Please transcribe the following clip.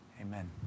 Amen